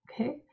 Okay